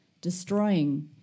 destroying